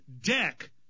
deck